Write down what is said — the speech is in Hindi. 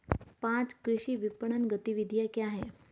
पाँच कृषि विपणन गतिविधियाँ क्या हैं?